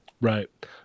right